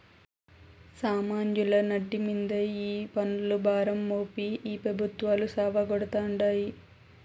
సామాన్యుల నడ్డి మింద ఈ పన్నుల భారం మోపి ఈ పెబుత్వాలు సావగొడతాండాయి